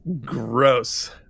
gross